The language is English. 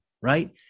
right